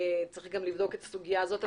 צריך גם לבדוק את הסוגיה הזאת.